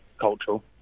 cultural